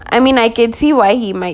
I mean I can see why he might